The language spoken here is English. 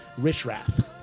Richrath